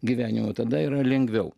gyvenime tada yra lengviau